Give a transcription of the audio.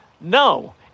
No